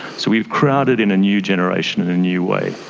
so we've crowded in a new generation in a new way.